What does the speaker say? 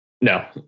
No